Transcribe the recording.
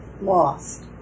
lost